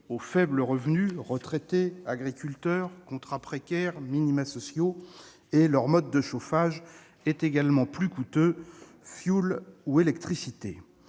aux faibles revenus- retraités, agriculteurs, contrats précaires, minimas sociaux. Leur mode de chauffage est également plus coûteux : fioul ou électricité.